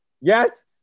Yes